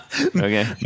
Okay